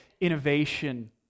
innovation